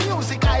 Music